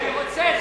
אני רוצה.